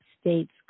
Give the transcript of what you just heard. state's